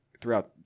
throughout